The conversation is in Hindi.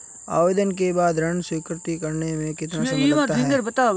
आवेदन के बाद ऋण स्वीकृत करने में कितना समय लगता है?